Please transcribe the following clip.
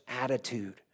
attitude